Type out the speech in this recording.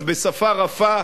אז בשפה רפה,